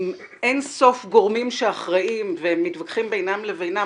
עם אין סוף גורמים שאחראים ומתווכחים בינם לבינם